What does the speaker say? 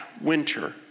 winter